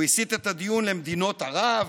הוא הסיט את הדיון למדינות ערב,